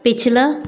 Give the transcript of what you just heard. पिछला